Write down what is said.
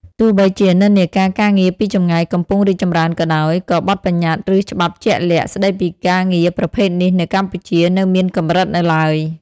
ទោះបីជានិន្នាការការងារពីចម្ងាយកំពុងរីកចម្រើនក៏ដោយ ក៏ បទប្បញ្ញត្តិ ឬច្បាប់ជាក់លាក់ ស្តីពីការងារប្រភេទនេះនៅកម្ពុជានៅមានកម្រិតនៅឡើយ។